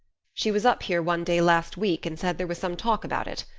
she was up here one day last week and said there was some talk about it.